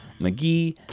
McGee